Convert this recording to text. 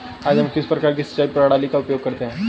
आज हम किस प्रकार की सिंचाई प्रणाली का उपयोग करते हैं?